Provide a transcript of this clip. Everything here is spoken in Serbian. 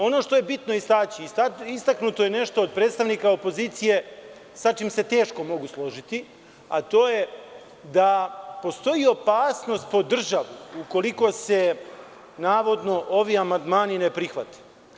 Ono što je bitno istaći, istaknuto je nešto od predstavnika opozicije sa čim se teško mogu složiti, a to je da postoji opasnost po državu ukoliko se navodno ovi amandmani ne prihvate.